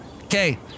Okay